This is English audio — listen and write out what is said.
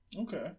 Okay